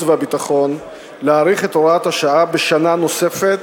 והביטחון להאריך את הוראת השעה בשנה נוספת,